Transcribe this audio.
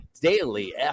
daily